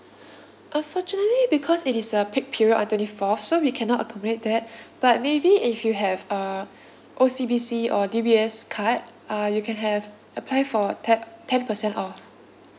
unfortunately because it is a peak period on twenty fourth so we cannot accommodate that but maybe if you have uh O_C_B_C or D_B_S card uh you can have apply for ten ten percent off